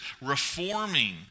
reforming